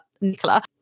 Nicola